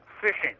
fishing